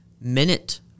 minute